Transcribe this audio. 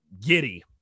giddy